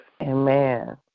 Amen